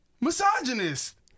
misogynist